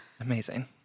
Amazing